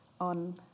on